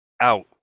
out